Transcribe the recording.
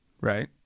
Right